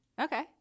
Okay